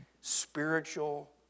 Spiritual